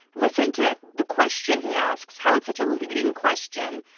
listen to the question he asks, how it's such a leading question.